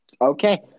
Okay